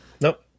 Nope